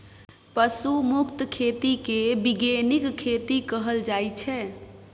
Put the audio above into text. पशु मुक्त खेती केँ बीगेनिक खेती कहल जाइ छै